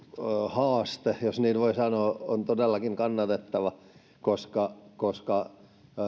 haaste jos niin voi sanoa on todellakin kannatettava koska koska